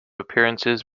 appearances